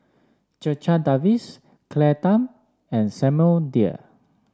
Checha Davies Claire Tham and Samuel Dyer